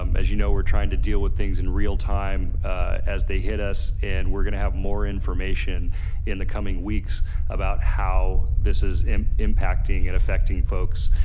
um as you know, we're trying to deal with things in real time as they hit us. and we're gonna have more information in the coming weeks about how this is impacting and affecting folks.